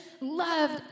loved